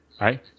right